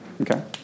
Okay